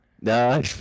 No